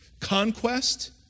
Conquest